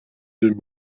deux